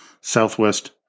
Southwest